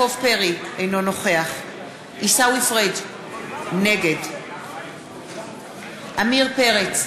אינו נוכח עיסאווי פריג' נגד עמיר פרץ,